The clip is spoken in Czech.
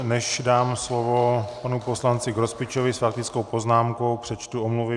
Než dám slovo panu poslanci Grospičovi s faktickou poznámkou, přečtu omluvy.